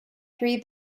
three